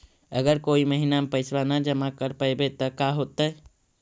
अगर कोई महिना मे पैसबा न जमा कर पईबै त का होतै?